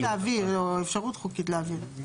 יש פה --- או אפשרות חוקית להעביר.